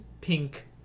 pink